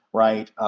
right? ah